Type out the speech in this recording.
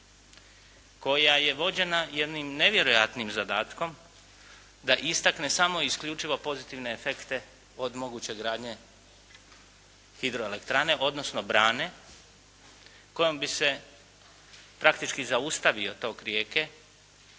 koja je vođena jednim nevjerojatnim zadatkom da istakne samo i isključivo pozitivne efekte od moguće gradnje hidroelektrane, odnosno brane kojom bi se praktički zaustavio tok rijeke